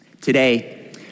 today